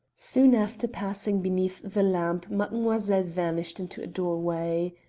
soon after passing beneath the lamp mademoiselle vanished into a doorway.